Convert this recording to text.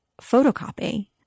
photocopy